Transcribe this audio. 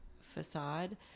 facade